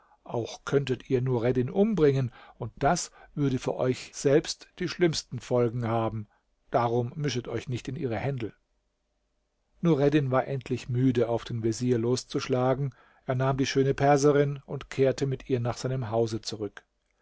auch könntet ihr nureddin umbringen und das würde für euch selbst die schlimmsten folgen haben darum mischet euch nicht in ihre händel nureddin war endlich müde auf den vezier loszuschlagen er nahm die schöne perserin und kehrte mit ihr nach seinem hause zurück